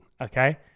okay